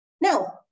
Now